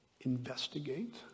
Investigate